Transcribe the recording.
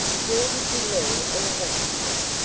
where did you learn all that, helen?